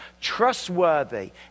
Trustworthy